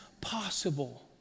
possible